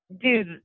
Dude